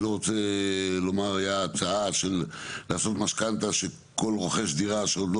אני לא רוצה לומר שהייתה הצעה של לעשות משכנתא שכל רוכש דירה שעוד לא